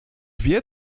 wie